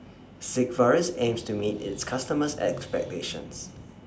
Sigvaris aims to meet its customers' expectations